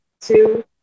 two